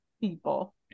people